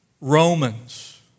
Romans